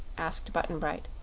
asked button-bright.